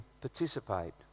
participate